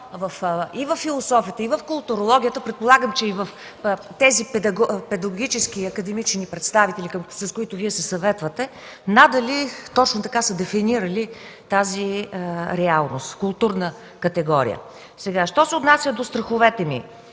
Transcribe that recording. и във философията, и в културологията, предполагам, че и тези педагогически и академични представители, с които Вие се съветвате, надали точно така са дефинирали тази реалност – културна категория. Що се отнася до страховете ми.